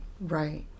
Right